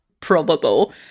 probable